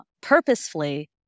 purposefully